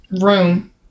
room